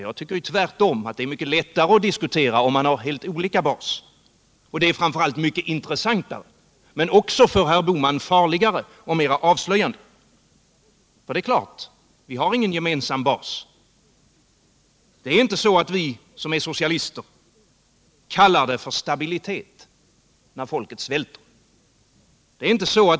Jag tycker tvärtom att det är mycket lättare att diskutera, om man inte alls har några gemensamma utgångspunkter. Det är framför allt mycket intressantare men också för herr Bohman farligare och mera avslöjande. Nr 41 Visst är det riktigt att herr Bohman och jag inte har någon gemensam bas. Vi som är socialister kallar det inte för stabilitet när folket svälter.